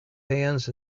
hands